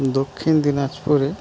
দক্ষিণ দিনাজপুরে